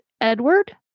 Edward